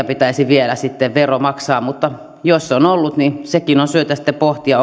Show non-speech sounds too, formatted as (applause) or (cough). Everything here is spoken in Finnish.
(unintelligible) pitäisi sitten vielä vero maksaa mutta jos on ollut niin sitäkin on syytä sitten pohtia (unintelligible)